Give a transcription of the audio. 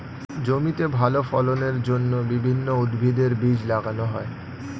জমিতে ভালো ফলনের জন্য বিভিন্ন উদ্ভিদের বীজ লাগানো হয়